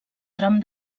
tram